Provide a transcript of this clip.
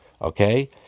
okay